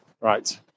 Right